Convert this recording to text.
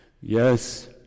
Yes